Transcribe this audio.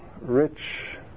rich